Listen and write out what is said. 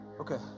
Okay